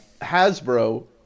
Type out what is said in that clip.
Hasbro